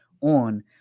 on